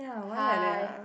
hi